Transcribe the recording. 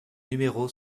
numéro